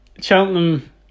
Cheltenham